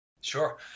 Sure